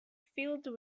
filled